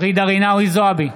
ג'ידא רינאוי זועבי,